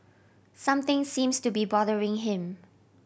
something seems to be bothering him